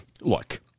look